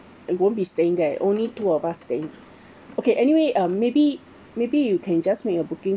he won't be staying there only two of us staying okay anyway um maybe maybe you can just make your booking